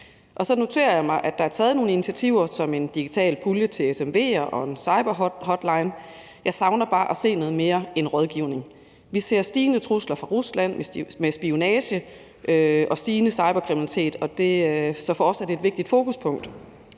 Så noterer jeg mig, at der er taget nogle initiativer som f.eks. en digital pulje til SMV'er og en cyber hotline, men jeg savner bare at se noget mere end rådgivning. Vi ser stigende trusler fra Rusland med spionage og stigende cyberkriminalitet, så for os er det et vigtigt fokuspunkt.